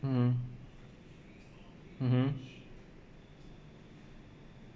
mmhmm mmhmm